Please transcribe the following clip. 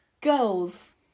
girls